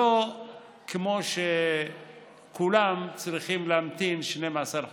לא כמו כולם, שצריכים להמתין 12 חודשים,